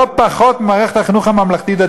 לא פחות מאשר במערכת החינוך הממלכתית-דתית,